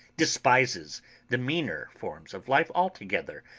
despises the meaner forms of life altogether,